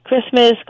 Christmas